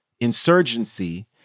insurgency